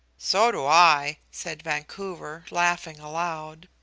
so do i, said vancouver, laughing aloud.